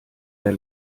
der